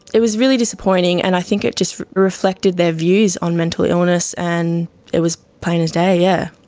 it was really disappointing and i think it just reflected their views on mental illness, and it was plain as day yeah.